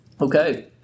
Okay